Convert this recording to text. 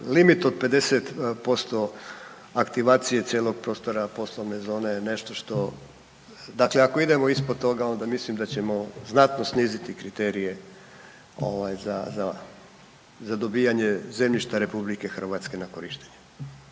limit od 50% aktivacije cijelog prostora poslovne zone nešto, dakle ako idemo ispod toga onda mislim da ćemo znatno sniziti kriterije za dobijanje zemljišta RH na korištenje.